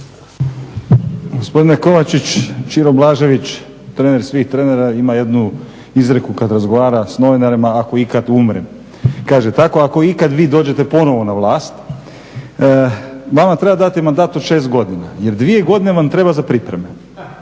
Gospodine Kovačić, Ćiro Blažević, trener svih trenera ima jednu izreku kad razgovara s novinarima 'ako ikad umrem', kaže. Tako ako ikad vi dođete ponovo na vlast, vama treba dati mandat od 6 godina jer dvije godine vam treba za pripreme.